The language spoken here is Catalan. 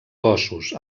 cossos